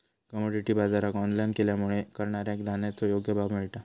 commodity बाजराक online केल्यामुळे करणाऱ्याक धान्याचो योग्य भाव मिळता